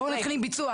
בואו נתחיל מהביצוע,